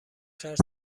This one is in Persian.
خرس